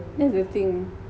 that's the thing